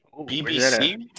BBC